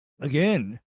again